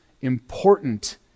important